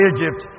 Egypt